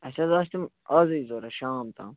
اَسہِ حظ آسہٕ تِم اَزٕے ضوٚرَتھ شام تام